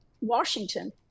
Washington